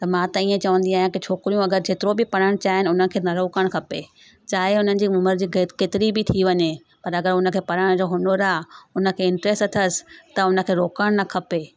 त मां त इहो चवंदी आहियां की छोकिरियूं अगरि जेतिरो बि पढ़णु चाहिनि हुनखे न रोकणु खपे चाहे हुन जी उमिरि जी के केतिरी बि थी वञे पर अगरि हुनखे पढ़ण जो हुनुरु आहे हुनखे इंट्रेस अथसि त हुनखे रोकणु न खपे